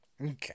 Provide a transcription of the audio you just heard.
Okay